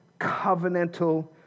covenantal